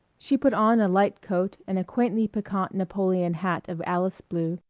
she put on a light coat and a quaintly piquant napoleon hat of alice blue,